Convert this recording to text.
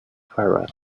farrell